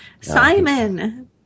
Simon